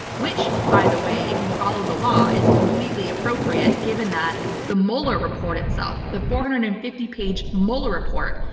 which, by the way, if you follow the law, is completely appropriate, given that the mueller report itself, the four hundred and fifty page mueller report,